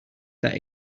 that